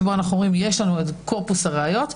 ובו אנחנו אומרים שיש לנו את קורפוס הראיות.